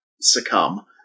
succumb